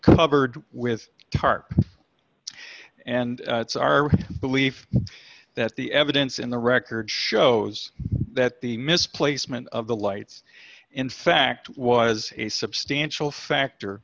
covered with dark and it's our belief that the evidence in the record shows that the mis placement of the lights in fact was a substantial factor